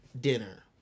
dinner